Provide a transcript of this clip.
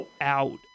out